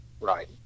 Right